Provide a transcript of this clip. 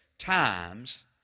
times